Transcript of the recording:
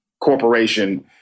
corporation